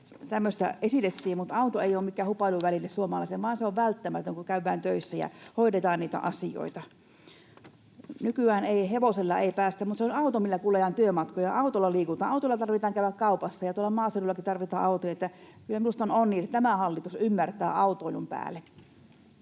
tämmöistä esitettiin. Auto ei ole mikään hupailuväline suomalaisille, vaan se on välttämätön, kun käydään töissä ja hoidetaan niitä asioita. Nykyään ei hevosella päästä, mutta se on auto, millä kuljetaan työmatkoja. Autolla liikutaan. Autolla tarvitsee käydä kaupassa, ja maaseudullakin tarvitaan autoja. Eli kyllä minusta on onni, että tämä hallitus ymmärtää autoilun päälle.